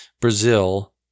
Brazil